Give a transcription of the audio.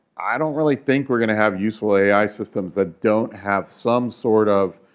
i don't really think we're going to have useful ai systems that don't have some sort of